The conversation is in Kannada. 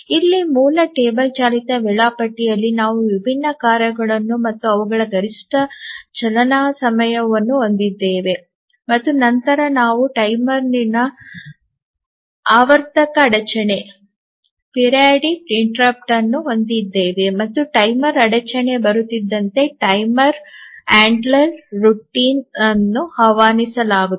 ಇಲ್ಲಿ ಮೂಲ ಟೇಬಲ್ ಚಾಲಿತ ವೇಳಾಪಟ್ಟಿಯಲ್ಲಿ ನಾವು ವಿಭಿನ್ನ ಕಾರ್ಯಗಳನ್ನು ಮತ್ತು ಅವುಗಳ ಗರಿಷ್ಠ ಚಾಲನಾಸಮಯವನ್ನು ಹೊಂದಿದ್ದೇವೆ ಮತ್ತು ನಂತರ ನಾವು ಟೈಮರ್ನಿಂದ ಆವರ್ತಕ ಅಡಚಣೆಯನ್ನು ಹೊಂದಿದ್ದೇವೆ ಮತ್ತು ಟೈಮರ್ ಅಡಚಣೆ ಬರುತ್ತಿದ್ದಂತೆ ಟೈಮರ್ ಹ್ಯಾಂಡ್ಲರ್ ದಿನಚರಿಯನ್ನು ಆಹ್ವಾನಿಸಲಾಗುತ್ತದೆ